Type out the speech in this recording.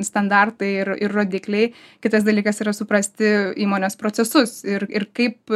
standartai ir ir rodikliai kitas dalykas yra suprasti įmonės procesus ir ir kaip